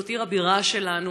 זאת עיר הבירה שלנו.